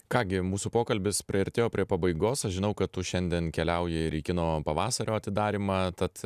ką gi mūsų pokalbis priartėjo prie pabaigos aš žinau kad tu šiandien keliauji ir į kino pavasario atidarymą tad